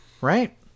Right